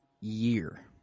year